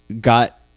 got